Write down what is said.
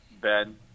Ben